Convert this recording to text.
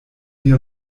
wir